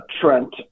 Trent